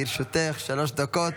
לרשותך שלוש דקות.